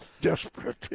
desperate